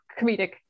comedic